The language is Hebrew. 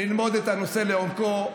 ללמוד את הנושא לעומקו,